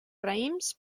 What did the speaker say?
raïms